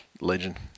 legend